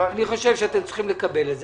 אני חושב שאתם צריכים לקבל את זה.